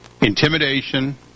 intimidation